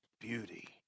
beauty